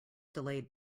delayed